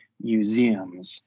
museums